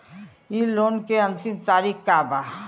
इ लोन के अन्तिम तारीख का बा?